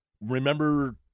remember